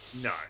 No